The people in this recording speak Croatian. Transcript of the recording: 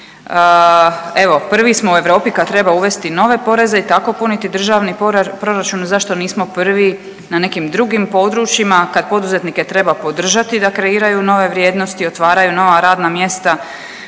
prvi smo u Europi kad treba uvesti nove poreze i tako puniti državni proračun. Zašto nismo prvi na nekim drugim područjima kad poduzetnike treba podržati da kreiraju nove vrijednosti, otvaraju nova radna mjesta